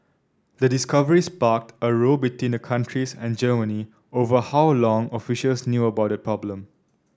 the discovery sparked a row between the countries and Germany over how long officials knew about the problem